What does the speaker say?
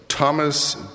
Thomas